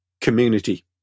community